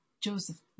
Joseph